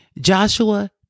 Joshua